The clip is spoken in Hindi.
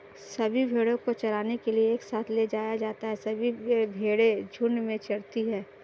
सभी भेड़ों को चराने के लिए एक साथ ले जाया जाता है सभी भेड़ें झुंड में चरती है